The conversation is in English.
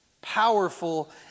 powerful